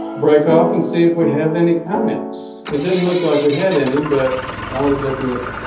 break off and see if we have any comments it didn't look like we had any but i was looking at